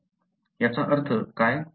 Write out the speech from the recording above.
याचा अर्थ काय